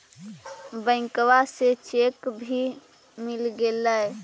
बैंकवा से चेक भी मिलगेलो?